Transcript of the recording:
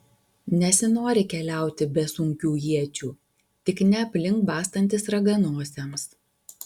nesinori keliauti be sunkių iečių tik ne aplink bastantis raganosiams